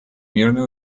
мирное